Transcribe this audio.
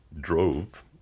drove